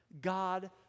God